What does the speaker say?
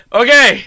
okay